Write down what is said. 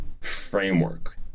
framework